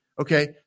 okay